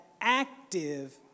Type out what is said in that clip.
active